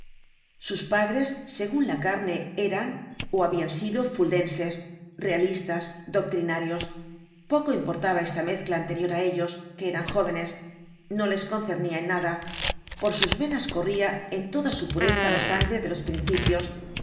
sus padres segun la carne eran ó habian sido fuldenses realistas doctrinarios poco importaba esta mezcla anterior á ellos que eran jóvenes no les concernia en nada por sus venas corria en toda su pureza la sangre de los principios